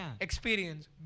Experience